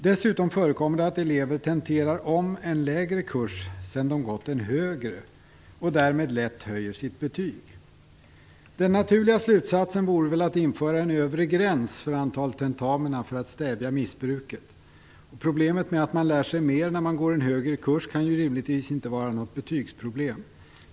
Dessutom förekommer det att elever tenterar om en lägre kurs sedan de gått en högre och därmed lätt höjer sitt betyg. Den naturliga slutsatser vore väl att införa en övre gräns för antalet tentamina för att stävja missbruket. Problemet med att man lär sig mer när man går en högre kurs kan ju rimligtvis inte vara något betygsproblem.